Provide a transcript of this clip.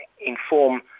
inform